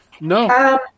No